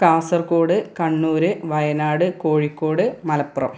Kasaragod Kannur Wayanad Kozhikode Malappuram